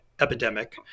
epidemic